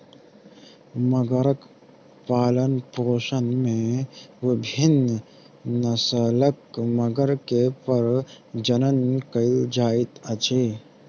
मगरक पालनपोषण में विभिन्न नस्लक मगर के प्रजनन कयल जाइत अछि